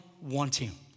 wanting